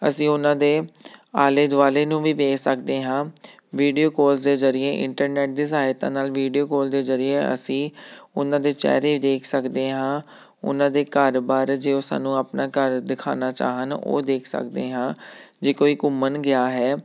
ਅਸੀਂ ਉਹਨਾਂ ਦੇ ਆਲੇ ਦੁਆਲੇ ਨੂੰ ਵੀ ਵੇਖ ਸਕਦੇ ਹਾਂ ਵੀਡੀਓ ਕੋਲ ਦੇ ਜ਼ਰੀਏ ਇੰਟਰਨੈਟ ਦੀ ਸਹਾਇਤਾ ਨਾਲ ਵੀਡੀਓ ਕੋਲ ਦੇ ਜ਼ਰੀਏ ਅਸੀਂ ਉਹਨਾਂ ਦੇ ਚਿਹਰੇ ਦੇਖ ਸਕਦੇ ਹਾਂ ਉਹਨਾਂ ਦੇ ਘਰ ਬਾਰ ਜੇ ਉਹ ਸਾਨੂੰ ਆਪਣਾ ਘਰ ਦਿਖਾਉਣਾ ਚਾਹੁਣ ਉਹ ਦੇਖ ਸਕਦੇ ਹਾਂ ਜੇ ਕੋਈ ਘੁੰਮਣ ਗਿਆ ਹੈ